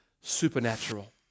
supernatural